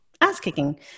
ass-kicking